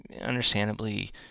understandably